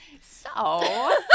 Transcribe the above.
So-